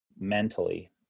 mentally